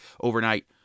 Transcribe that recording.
overnight